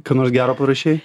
ką nors gero parašei